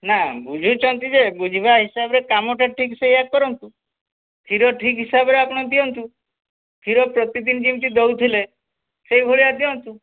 ନା ବୁଝୁଛନ୍ତି ଯେ ବୁଝିବା ହିସାବରେ କାମଟା ଠିକ୍ ସେଇଆ କରନ୍ତୁ କ୍ଷୀର ଠିକ୍ ହିସାବରେ ଆପଣ ଦିଅନ୍ତୁ କ୍ଷୀର ପ୍ରତିଦିନ ଯେମିତି ଦେଉଥିଲେ ସେହିଭଳିଆ ଦିଅନ୍ତୁ